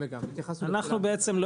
בעצם,